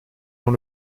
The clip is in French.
dans